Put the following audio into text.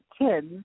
kids